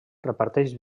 reparteix